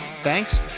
Thanks